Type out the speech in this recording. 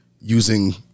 using